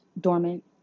dormant